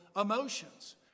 emotions